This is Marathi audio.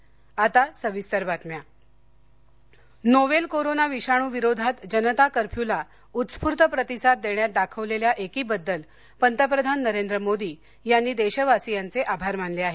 पंतप्रधान मोदी नोवेल कोरोना विषाणूविरोधात जनता कफ्यूला उत्स्फूर्त प्रतिसाद देण्यात दाखविलेल्या एकीबद्दल पंतप्रधान नरेंद्र मोदी यांनी देशवासियांचे आभार मानले आहेत